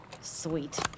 Sweet